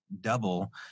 double